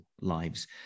lives